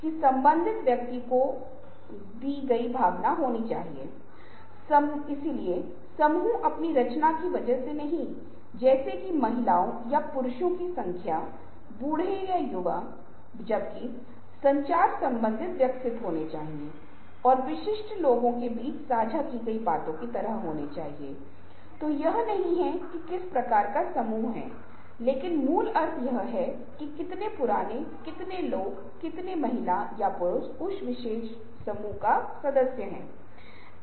इसलिए व्यक्तियों को सूचित करें और संसाधन की व्यवस्था भी करें ताकि व्यक्ति कर्ता की मदद कर सकें और साथ ही संसाधन प्रतिनिधि के लिए भी हो सकते हैं और एक बार नौकरी सौंपने या किसी अन्य व्यक्ति को नौकरी सौंपने के बाद आप भी निगरानी करते हैं क्योंकि निगरानी करना और याद दिलाना बहुत महत्वपूर्ण है अन्यथा यह काम कभी पूरा नहीं होगा